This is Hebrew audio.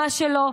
מה שלא,